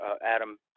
Adam